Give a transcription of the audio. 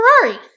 Ferrari